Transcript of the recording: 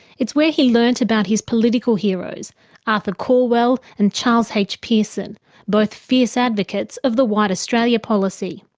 it's where he learnt about his political heroes arthur calwell and charles h pearson both fierce advocates of the white australia policy.